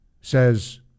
says